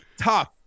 Tough